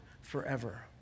forever